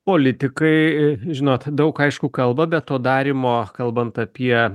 politikai žinot daug aišku kalba bet to darymo kalbant apie